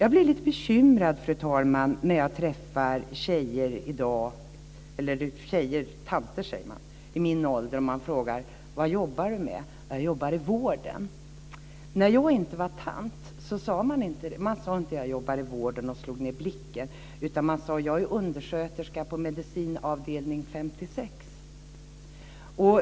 Jag blir lite bekymrad när jag i dag träffar tjejer, eller snarare tanter i min ålder. Om man frågar vad de jobbar med säger de att de jobbar i vården. När jag inte var tant så sade man inte att man jobbar i vården och slog ned blicken, utan man sade att man var undersköterska på medicinavdelning 56.